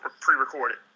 pre-recorded